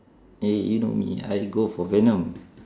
eh you know me I'll go for venom